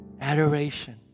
adoration